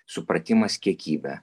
supratimas kiekybę